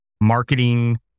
Marketing